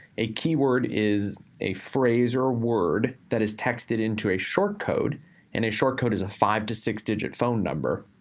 a keyword is a phrase or a word that is texted into a short code and a short code is a five to six digit phone number.